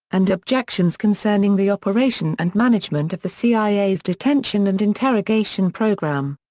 and objections concerning the operation and management of the cia's detention and interrogation program.